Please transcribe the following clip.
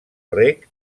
rec